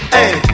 Hey